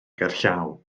gerllaw